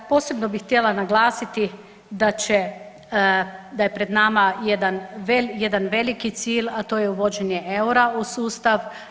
Posebno bih htjela naglasiti da će, da je pred nama jedan veliki cilj a to je uvođenje eura u sustav.